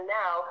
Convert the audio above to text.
now